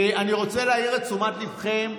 אני רוצה להעיר את תשומת ליבכם,